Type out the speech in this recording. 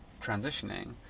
transitioning